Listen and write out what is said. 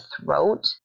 throat